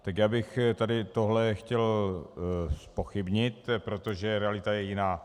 Tak já bych tady tohle chtěl zpochybnit, protože realita je jiná.